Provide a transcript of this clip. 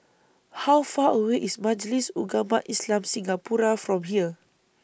How Far away IS Majlis Ugama Islam Singapura from here